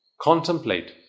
contemplate